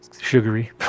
sugary